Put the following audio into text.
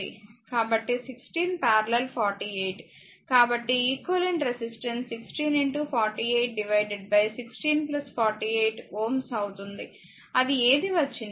కాబట్టి 16 || 48 కాబట్టి equivalent resistance 16 48 16 48 Ω అవుతుంది అది ఏది వచ్చినా